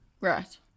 Right